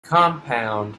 compound